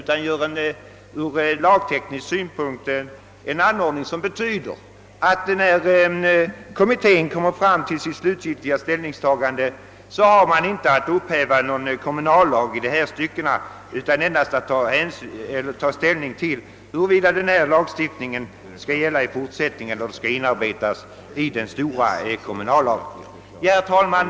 Man gör i stället en anordning som ur lagteknisk synpunkt betyder att när kommittén gör sitt slutgiltiga ställningstagande har den inte att upphäva någon kommunallag i dessa stycken, utan endast att ta ställning till huruvida denna lagstiftning skall gälla i fortsättning en eller om den skall inarbetas i den stora kommunallagen. Herr talman!